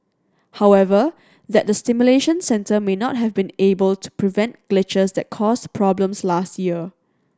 however that the simulation centre may not have been able to prevent glitches that caused problems last year